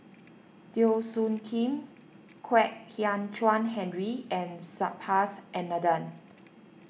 Teo Soon Kim Kwek Hian Chuan Henry and Subhas Anandan